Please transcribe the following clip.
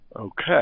Okay